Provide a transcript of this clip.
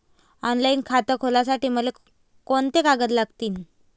Online खातं खोलासाठी मले कोंते कागद लागतील?